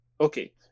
Okay